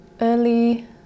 early